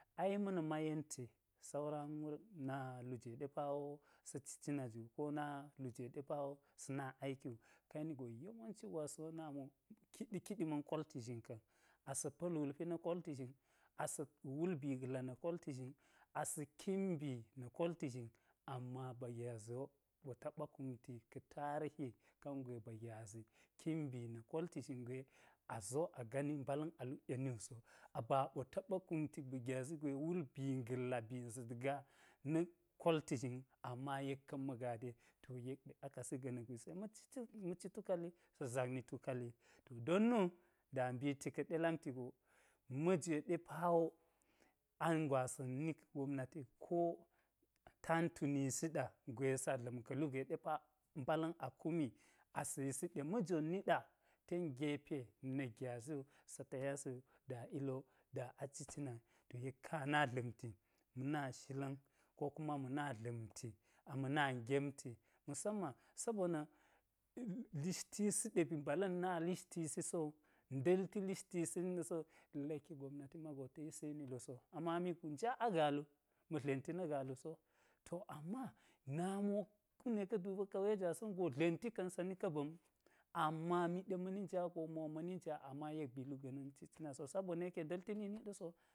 Ai ma̱ na̱mma yenti saura na-lu jwe ɗe pa wo sa̱ ci cina ju ko na-lu jwe pa wo sa̱ na aiki wu ka yeni go yawanci gwasan wo nami wo kiɗi-kiɗi ma̱n kolti zhin ka̱n, asa̱ pa̱l wulpi na̱ kolti zhin asa̱ wul bi ga̱lla na kolti zhin asa̱ kin bii na̱ kolti zhin, amma ba gyazi wo a ɓo taɓa kumti ka̱ tarihi kangwe ba gyazi kin bii na̱ kolti zhin gwe azo agani mbala̱n a luk yeni wu so a ba, a ɓo taɓa kumti ba gyazi gwe wul bii galla bii za̱t gaa na̱-kolti zhin amma yek ka̱n ma̱ gade to, yek ɗe akasi ga̱ na̱k gwisi ye? Ma̱ ci tukaal yi sa̱ zakni tukaal yi don nu da mbiti ka̱ɗe lamti go ma̱jwe ɗe pawo ang gwasa̱n nika̱ gobnati wu ko tantu nisi ɗa gwe sa̱ dla̱m ka̱ lugwe pa mbala̱n a kumi asa̱ yisi ɗe majon niɗa ten gepe na̱k gyazi wu sa taya si wu da iliwo da a cicina yi to yek ka̱n a na dla̱mti-na shila̱n ko kuma ma̱ na dla̱mti ama̱na gemti ma̱samman sabona̱ hishtisi ɗe ba mbala̱n na lishtisi so nda̱lti lishtisi ni ɗa sowu, yek laki gobnati mago ta̱ yisi ni luso ama mikgu nja a galu ma̱ dlenti na galu so, to ama nami wo kume ka̱ duba kauye jwasa̱n wugo dlenti ka̱n sa̱ni ka̱ ba̱n, amma mi ɗe ma̱ni nja go mo ma̱ni nja yek ba̱ ba̱n gana̱n mbi citcina so sabona̱ yeke nda̱lti nini ɗa so.